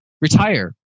Retire